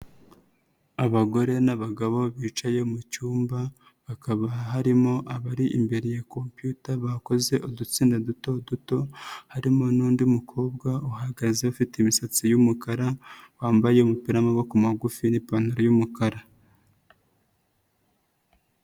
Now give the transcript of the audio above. Abagore n'abagabo bicaye mu cyumba, hakaba harimo abari imbere ya kompiyuta bakoze udutsinda duto duto, harimo n'undi mukobwa uhagaze ufite imisatsi y'umukara, wambaye umupira w'amaboko magufi n'ipantaro y'umukara.